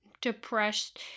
depressed